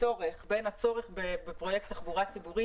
בין הצורך בפרויקט תחבורה ציבורית